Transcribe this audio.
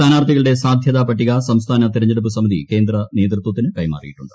സ്ഥാനാർത്ഥികളുടെ സാധ്യതാ പട്ടിക സംസ്ഥാന തെരഞ്ഞെടുപ്പ് സമിതി കേന്ദ്ര നേതൃത്വത്തിന് കൈമാറിയിട്ടുണ്ട്